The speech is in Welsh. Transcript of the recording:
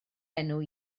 enw